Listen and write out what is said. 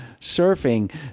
surfing